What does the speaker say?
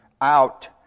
out